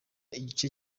igice